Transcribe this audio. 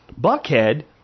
Buckhead